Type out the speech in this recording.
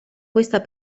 questa